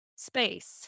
space